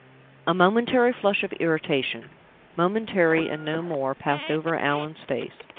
a momentary flush of irritation momentary, and no more passed over allan's face.